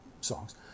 songs